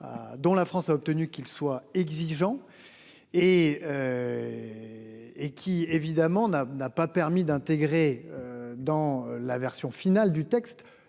Dont la France a obtenu qu'il soit exigeant. Et. Et qui évidemment n'a, n'a pas permis d'intégrer. Dans la version finale du texte